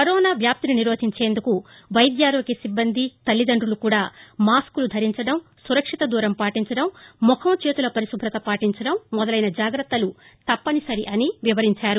corona వ్యాప్తి నిరరోధించేందుకు వైద్యారోగ్య సిబ్బంది తల్లిదండులు కూడా మాస్ములు ధరించడం సురక్షిత దూరం పాటించడం ముఖం చేతులు పరిశుభ్రత పాటించడం మొదలైన జాగ్రత్తలు తప్పనిసరి అని వివరించారు